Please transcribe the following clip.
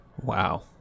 Wow